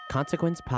Consequence